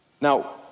Now